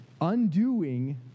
undoing